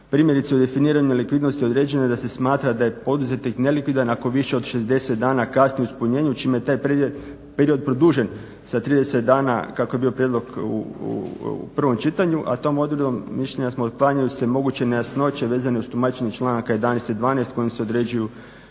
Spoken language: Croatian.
Primjerice u definiraju nelikvidnosti određeno je da se smatra da je poduzetnik nelikvidan ako više od 60 dana kasni u ispunjenju čime je taj period produžen sa 30 dana kako je bio prijedlog u prvom čitanju, a tom odredbom mišljenja smo otklanjaju se moguće nejasnoće vezane uz tumačenje članaka 11. i 12. kojim se određuju